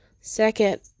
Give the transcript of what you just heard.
Second